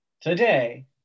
today